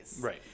Right